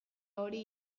hori